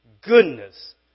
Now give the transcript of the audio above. Goodness